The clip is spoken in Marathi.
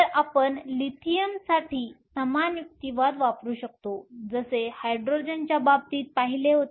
तर आपण लिथियमसाठी समान युक्तिवाद वापरू शकतो जसे हायड्रोजनच्या बाबतीत पाहिले होते